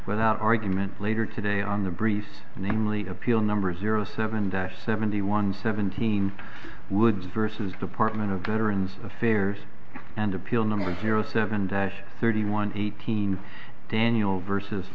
without argument later today on the briefs namely appeal number zero seven dash seventy one seventeenth woods versus department of veterans affairs and appeal number zero seven dash thirty one eighteen daniel versus